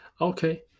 Okay